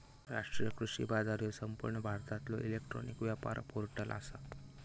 राष्ट्रीय कृषी बाजार ह्यो संपूर्ण भारतातलो इलेक्ट्रॉनिक व्यापार पोर्टल आसा